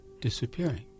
disappearing